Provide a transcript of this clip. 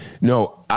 No